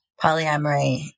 polyamory